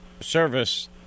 service